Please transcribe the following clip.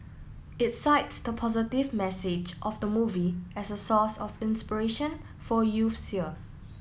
it cites the positive message of the movie as a source of inspiration for youths here